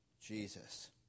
Jesus